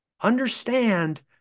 Understand